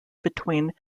between